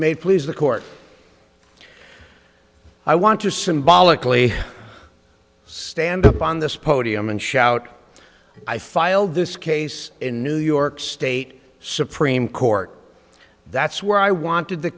made please the court i want to symbolically stand up on this podium and shout i filed this case in new york state supreme court that's where i wanted the